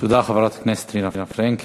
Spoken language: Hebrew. תודה, חברת הכנסת רינה פרנקל.